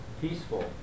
Peaceful